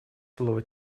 слово